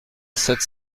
sept